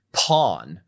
pawn